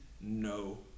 no